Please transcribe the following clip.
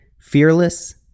fearless